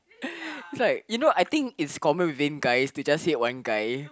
it's like you know I think it's common within guys to just said one guy